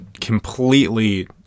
completely